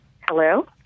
Hello